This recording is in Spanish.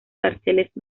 carteles